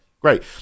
Great